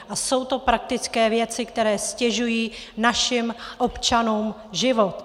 A jsou to praktické věci, které ztěžují našim občanům život.